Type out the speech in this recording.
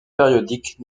périodiques